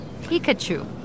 Pikachu